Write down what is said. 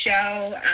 show